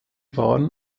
waren